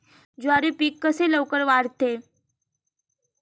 ज्वारी पीक कसे लवकर वाढते?